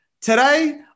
Today